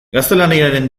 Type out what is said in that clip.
gaztelaniaren